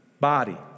body